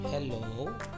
Hello